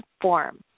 form